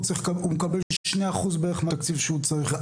הוא מקבל 2% בערך מהתקציב שהוא צריך.